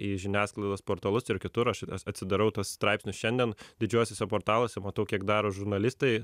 į žiniasklaidos portalus ir kitur aš atsidarau tuos straipsnius šiandien didžiuosiuose portaluose matau kiek daro žurnalistai